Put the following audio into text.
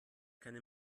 keine